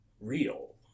real